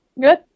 Good